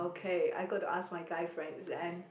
okay I got to ask my guy friends and